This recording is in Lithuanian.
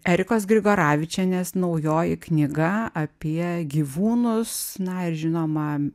erikos grigoravičienės naujoji knyga apie gyvūnus na ir žinoma